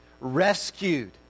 rescued